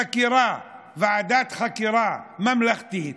חקירה, ועדת חקירה ממלכתית,